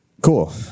Cool